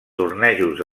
tornejos